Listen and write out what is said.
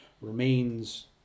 remains